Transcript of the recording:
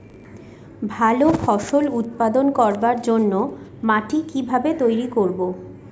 ভালো ফসল উৎপাদন করবার জন্য মাটি কি ভাবে তৈরী করব?